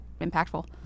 impactful